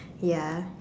ya